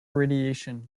radiation